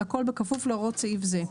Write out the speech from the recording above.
והכל בכפוף להוראות סעיף זה.